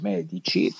Medici